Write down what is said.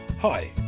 Hi